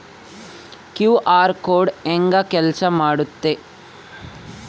QR code ಹೆಂಗ ಕೆಲಸ ಮಾಡುತ್ತೆ?